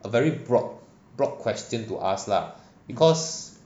a very broad broad question to ask lah because